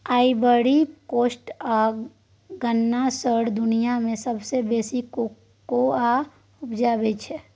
Ivory Coast आ Ghana सौंसे दुनियाँ मे सबसँ बेसी कोकोआ उपजाबै छै